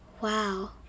Wow